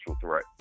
threat